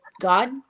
god